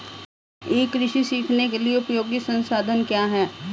ई कृषि सीखने के लिए उपयोगी संसाधन क्या हैं?